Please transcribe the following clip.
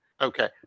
Okay